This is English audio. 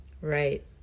Right